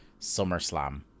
SummerSlam